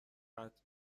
قطع